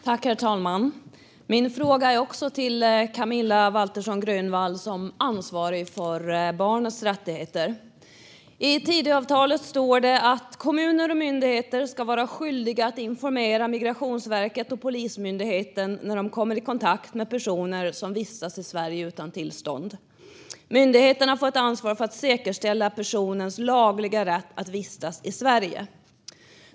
Herr talman! Min fråga går också till Camilla Waltersson Grönvall som ansvarig för barnens rättigheter. I Tidöavtalet står att kommuner och myndigheter ska vara skyldiga att informera Migrationsverket och Polismyndigheten när de kommer i kontakt med personer som vistas i Sverige utan tillstånd. Myndigheterna får ett ansvar för att säkerställa personens lagliga rätt att vistas i Sverige.